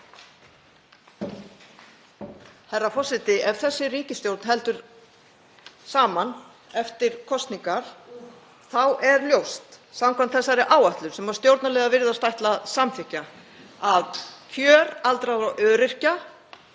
Herra forseti. Ef þessi ríkisstjórn heldur saman eftir kosningar er ljóst, samkvæmt þessari áætlun sem stjórnarliðar virðast ætla að samþykkja, að kjör aldraðra og öryrkja